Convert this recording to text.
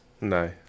No